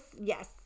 yes